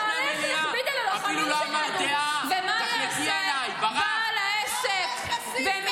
אתה הולך להכביד על הלוחמים שלנו, עופר כסיף הבריח